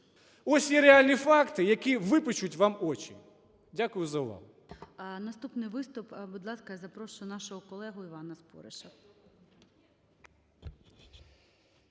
…ось є реальні факти, які випечуть вам очі. Дякую за увагу.